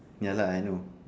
ya lah I know